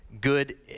good